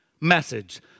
message